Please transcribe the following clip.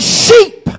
sheep